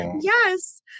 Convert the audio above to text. yes